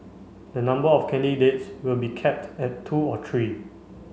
the number of candidates will be capped at two or three